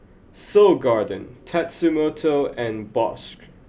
Seoul Garden Tatsumoto and Bosch